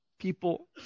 people